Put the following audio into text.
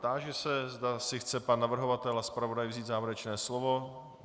Táži se, zda si chce pan navrhovatel a zpravodaj vzít závěrečné slovo.